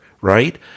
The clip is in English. right